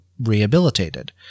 rehabilitated